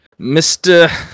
mr